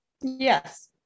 Yes